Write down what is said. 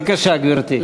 בבקשה, גברתי.